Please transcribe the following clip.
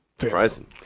Surprising